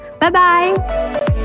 Bye-bye